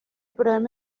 programa